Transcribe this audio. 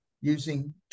using